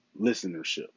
listenership